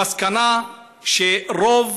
המסקנה היא שרוב